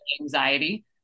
anxiety